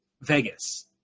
vegas